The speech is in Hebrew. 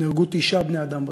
נהרגו תשעה בני-אדם בדרכים.